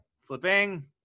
Flipping